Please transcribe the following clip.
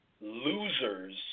losers